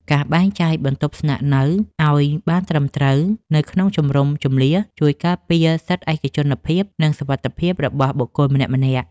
ការបែងចែកបន្ទប់ស្នាក់នៅឱ្យបានត្រឹមត្រូវនៅក្នុងជំរំជម្លៀសជួយការពារសិទ្ធិឯកជនភាព និងសុវត្ថិភាពរបស់បុគ្គលម្នាក់ៗ។